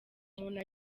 umuntu